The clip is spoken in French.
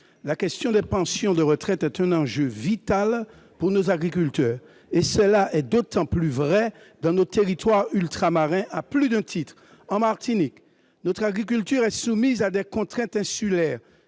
collègues, les pensions de retraite sont un enjeu vital pour nos agriculteurs. C'est d'autant plus vrai dans nos territoires ultramarins, à plus d'un titre. En Martinique, notre agriculture est soumise à des contraintes insulaires-